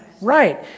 Right